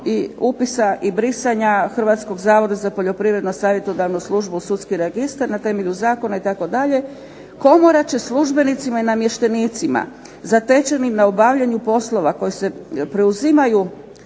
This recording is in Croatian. i upisa i brisanja Hrvatskog zavoda za poljoprivredno savjetodavnu službu u sudski registar na temelju zakona itd., komora će službenicima i namještenicima zatečenim na obavljanju poslova koji se preuzimaju